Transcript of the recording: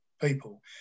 people